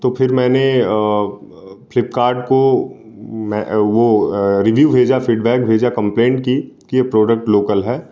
तो फिर मैंने फ्लिपकार्ट को वो रिव्यू भेजा फीडबैक भेजा कॉम्प्लैन की कि ये प्रोडक्ट लोकल है